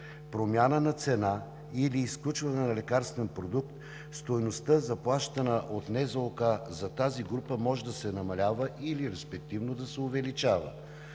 промяна на цена или изключване на лекарствен продукт, стойността, заплащана от НЗОК за тази група, може да се намалява или респективно да се увеличава.